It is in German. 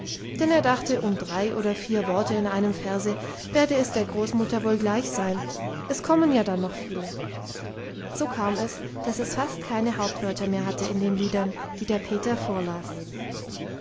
denn er dachte um drei oder vier worte in einem verse werde es der großmutter wohl gleich sein es kommen ja dann noch viele so kam es daß es fast keine hauptwörter mehr hatte in den liedern die der peter vorlas